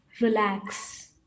relax